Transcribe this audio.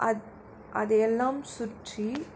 அத் அதையெல்லாம் சுற்றி